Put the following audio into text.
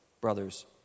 brothers